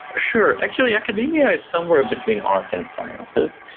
ah sure. actually, academia is somewhere between art and sciences,